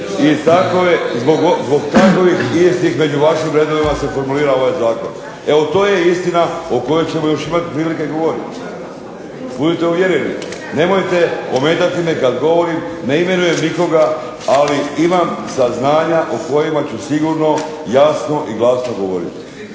i zbog takvih istih među vašim redovima se formulira ovaj zakon. Evo, to je istina o kojoj ćemo još imati prilike govoriti budite uvjereni. Nemojte me ometati me kad govorim, ne imenujem nikoga, ali imam saznanja o kojima ću sigurno jasno i glasno govoriti.